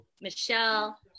Michelle